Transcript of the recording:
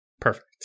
Perfect